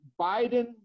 Biden